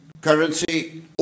currency